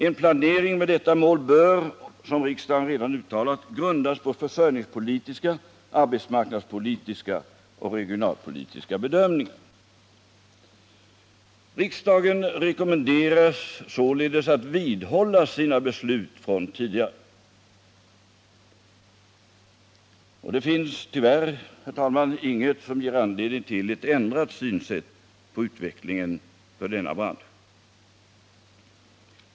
En planering med detta mål bör, som riksdagen redan uttalat, grundas på försörjningspolitiska, arbetsmarknadspolitiska och regionalpolitiska bedömningar.” Riksdagen rekommenderas således att vidhålla sina beslut från tidigare. Det finns, tyvärr, inget som ger anledning till en ändrad syn på utvecklingen av denna bransch.